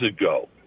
ago